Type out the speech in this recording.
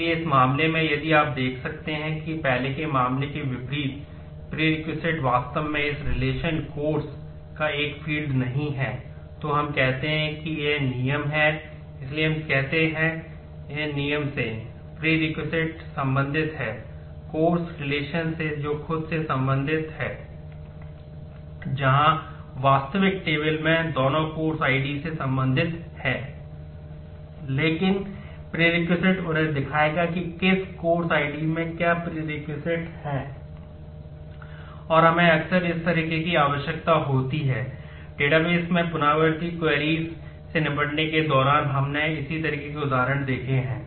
इसलिए इस मामले में यदि आप देख सकते हैं कि पहले के मामले के विपरीत prereq id वास्तव में इस रिलेशन से निपटने के दौरान हमने इसी तरह के उदाहरण देखे हैं